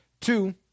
Two